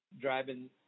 driving